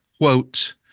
quote –